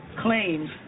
claims